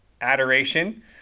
adoration